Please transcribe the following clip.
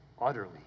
utterly